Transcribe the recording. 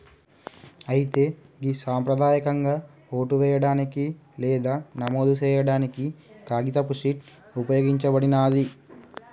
అయితే గి సంప్రదాయకంగా ఓటు వేయడానికి లేదా నమోదు సేయాడానికి కాగితపు షీట్ ఉపయోగించబడినాది